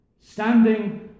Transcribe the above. standing